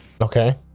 Okay